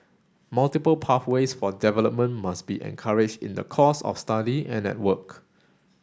multiple pathways for development must be encouraged in the course of study and at work